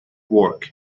work